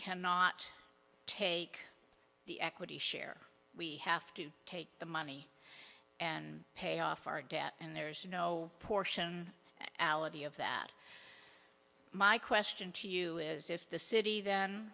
cannot take the equity share we have to take the money and pay off our debt and there's no portion of that my question to you is if the city then